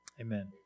Amen